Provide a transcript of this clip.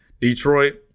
Detroit